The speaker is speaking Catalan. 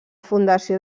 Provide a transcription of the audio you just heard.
fundació